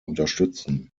unterstützen